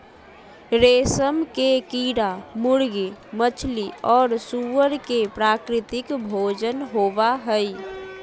रेशम के कीड़ा मुर्गी, मछली और सूअर के प्राकृतिक भोजन होबा हइ